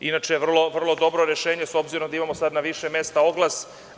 Inače to je vrlo dobro rešenje, s obzirom da imamo sada na više mesta oglas.